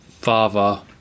father